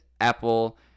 Apple